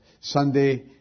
Sunday